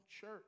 church